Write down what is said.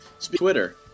Twitter